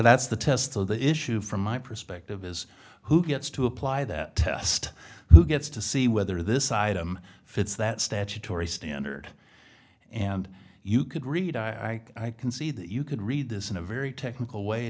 that's the test so the issue from my perspective is who gets to apply that test who gets to see whether this item fits that statutory standard and you could read i can see that you could read this in a very technical way